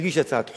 תגיש הצעת חוק,